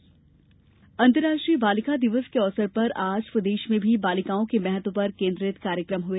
बालिका दिवस अंतर्राष्ट्रीय बालिका दिवस के अवसर पर आज प्रदेश में भी बालिकाओं के महत्व पर केन्द्रित कार्यकम हुए